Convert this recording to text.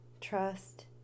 trust